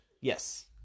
Yes